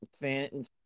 fans